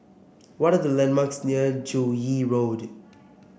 what are the landmarks near Joo Yee Road